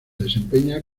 desempeña